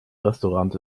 restaurant